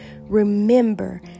Remember